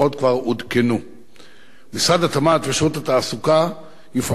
משרד התמ"ת ושירות התעסוקה יפעלו יחדיו לשלב את העובדים בשוק העבודה